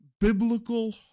biblical